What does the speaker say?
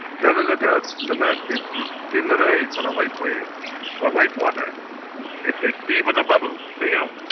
tara look out and the masters to skin the rays for a white wheel or white water if they see with a bubble sing out.